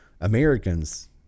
americans